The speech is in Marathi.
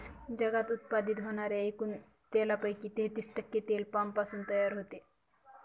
जगात उत्पादित होणाऱ्या एकूण तेलापैकी तेहतीस टक्के तेल पामपासून तयार होते